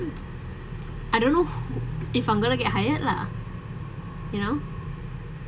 I don't know if I'm going to get hired lah you know